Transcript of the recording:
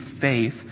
faith